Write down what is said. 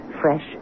fresh